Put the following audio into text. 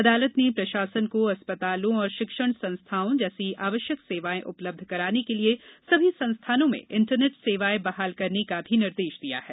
अदालत ने प्रशासन को अस्पतालों और शिक्षण संस्थाओं जैसी आवश्यक सेवाएं उपलब्ध कराने के लिए सभी संस्थानों में इंटरनेट सेवाएं बहाल करने का भी निर्देश दिया है